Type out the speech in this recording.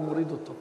הוא מוריד אותו.